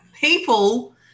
people